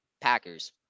packers